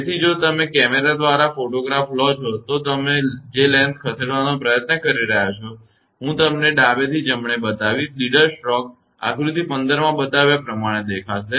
તેથી જો તમે કેમેરા દ્વારા ફોટોગ્રાફ લો છો જો તમે જે લેન્સ ખસેડવાનો પ્રયત્ન કરી રહ્યા છો તો હું તમને ડાબેથી જમણે બતાવીશ લીડર સ્ટ્રોક આકૃતિ 15 માં બતાવ્યા પ્રમાણે દેખાશે